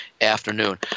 afternoon